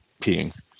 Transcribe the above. peeing